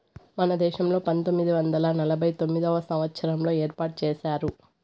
మన దేశంలో పంతొమ్మిది వందల నలభై తొమ్మిదవ సంవచ్చారంలో ఏర్పాటు చేశారు